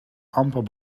amper